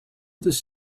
this